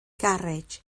garej